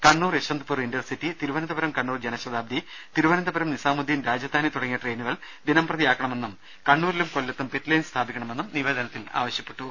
Kannur Yesvantpur intercity Thiruvananthapuram Kannur Janshatabdi Thiruvananthapuram Nizamuddin Rajdhani തുടങ്ങിയ ട്രെയിനുകൾ ദിനംപ്രതിയാക്കണമെന്നും കണ്ണൂരിലും കൊല്ലത്തും പിറ്റ്ലൈൻ സ്ഥാപിക്കണമെന്നും നിവേദനത്തിൽ ആവശ്യപ്പെട്ടു